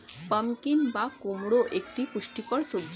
pumpkin বা কুমড়ো একটি পুষ্টিকর সবজি